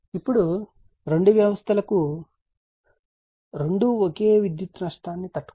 ఇప్పుడు రెండు వ్యవస్థలకు రెండూ ఒకే విద్యుత్ నష్టాన్ని తట్టుకుంటే PLoss PLoss